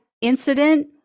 incident